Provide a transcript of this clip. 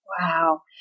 Wow